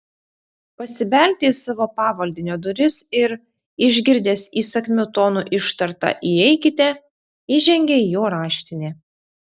pasibeldė į savo pavaldinio duris ir išgirdęs įsakmiu tonu ištartą įeikite įžengė į jo raštinę